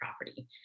property